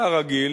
כרגיל,